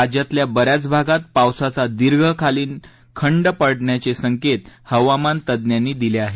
राज्यातल्या बऱ्याच भागात पावसाचा दीर्घकालीन खंड पडण्याचे संकेत हवामान तज्ञांनी दिले आहेत